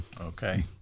Okay